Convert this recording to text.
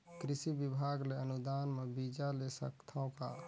कृषि विभाग ले अनुदान म बीजा ले सकथव का?